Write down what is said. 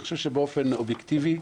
אני חושב שבאופן אובייקטיבי,